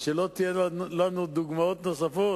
שלא תהיינה לנו דוגמאות נוספות,